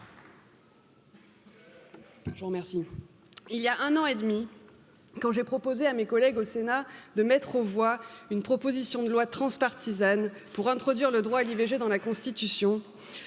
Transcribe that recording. gagner. il y a un an et demi quand j'ai proposé à mes collègues au sénat de mettre aux voix une proposition de loi transpartisane pour introduire le droit à l'i V G dans la Constitution,